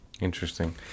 interesting